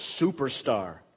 superstar